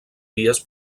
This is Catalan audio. vies